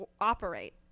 operate